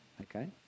Okay